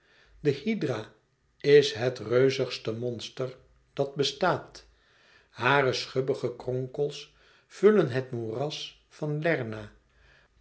de hydra is het reuzigste monster dat bestaat hare schubbige kronkels vullen het moeras van lerna